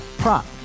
prop